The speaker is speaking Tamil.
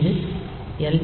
இது எல்